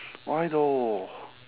why though